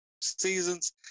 seasons